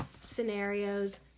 scenarios